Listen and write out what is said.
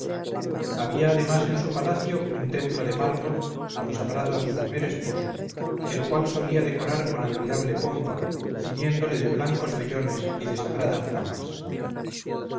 había además en su palacio un templo de mármol consagrado a su primer esposo el cual solía decorar con admirable pompa ciñéndole de blancos vellones y de sagradas ramas